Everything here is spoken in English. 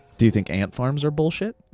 do you think ant farms are bullshit?